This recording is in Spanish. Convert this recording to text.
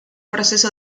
proceso